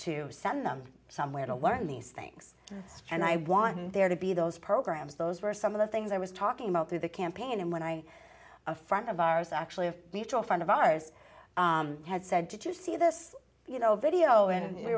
to send them somewhere to learn these things and i want there to be those programs those were some of the things i was talking about through the campaign and when i a friend of ours actually a mutual friend of ours had said did you see this you know video and we